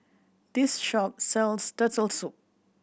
this shop sells Turtle Soup